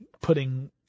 putting